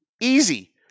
Easy